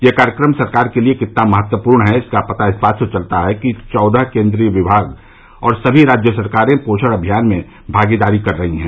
यह कार्यक्रम सरकार के लिए कितना महत्वपूर्ण है इसका पता इस बात से चलता है कि चौदह केन्द्रीय विभाग और सभी राज्य सरकारे पोषण अभियान में भागदारी कर रही हैं